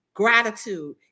Gratitude